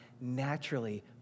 naturally